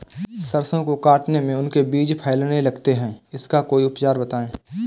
सरसो को काटने में उनके बीज फैलने लगते हैं इसका कोई उपचार बताएं?